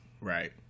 Right